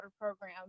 program